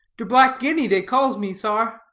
der black guinea dey calls me, sar.